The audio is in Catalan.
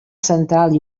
central